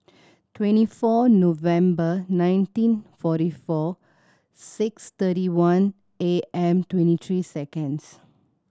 twenty four November nineteen forty four six thirty one A M twenty three seconds